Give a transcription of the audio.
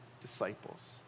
disciples